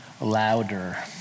louder